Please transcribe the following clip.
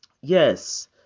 Yes